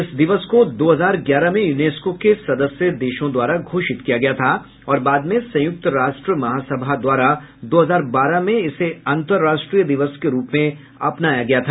इस दिवस को दो हजार ग्यारह में यूनेस्को के सदस्य देशों द्वारा घोषित किया गया था और बाद में संयुक्त राष्ट्र महासभा द्वारा दो हजार बारह में इसे अंतर्राष्ट्रीय दिवस के रूप में अपनाया गया था